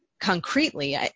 Concretely